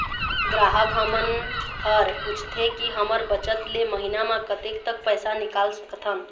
ग्राहक हमन हर पूछथें की हमर बचत ले महीना मा कतेक तक पैसा निकाल सकथन?